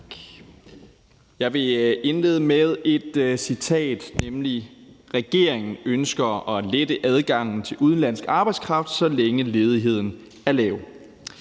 Jeg vil indlede med et citat: »Regeringen ønsker at lette adgangen til udenlandsk arbejdskraft, så længe ledigheden er lav«.